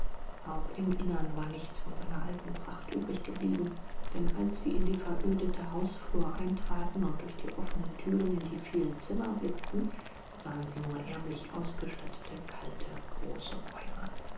auch im innern war nichts von seiner alten pracht übrig geblieben denn als sie in die verödete hausflur eintraten und durch die offenen thüren in die vielen zimmer blickten sahen sie nur ärmlich ausgestattete kalte große räume